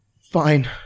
Fine